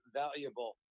valuable